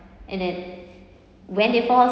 and then when they fall